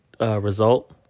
result